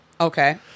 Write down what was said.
Okay